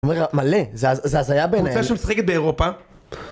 אני אומר לך, מלא, זה הז... זה הזיה בעיניי. קבוצה שמשחקת באירופה...